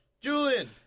Julian